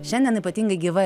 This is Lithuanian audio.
šiandien ypatingai gyva